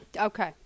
Okay